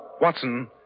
Watson